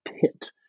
pit